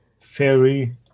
fairy